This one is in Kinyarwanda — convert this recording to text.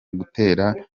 gutera